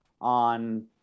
on